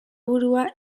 burua